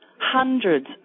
Hundreds